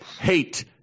hate